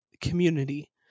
community